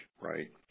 right